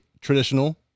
traditional